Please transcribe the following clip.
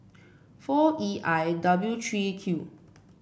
four E I W three Q